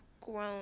grown